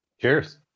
Cheers